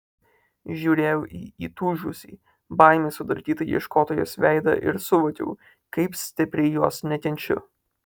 žiūrėjau į įtūžusį baimės sudarkytą ieškotojos veidą ir suvokiau kaip stipriai jos nekenčiu